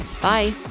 Bye